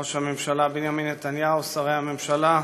ראש הממשלה בנימין נתניהו, שרי הממשלה,